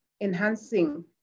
enhancing